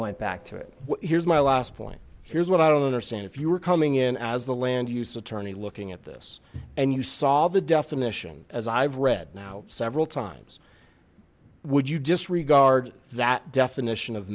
went back to it here's my last point here's what i don't understand if you were coming in as the land use attorney looking at this and you saw the definition as i've read now several times would you just regard that definition of